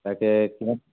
তাকে কিমান